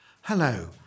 Hello